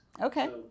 okay